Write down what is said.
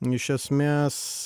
iš esmės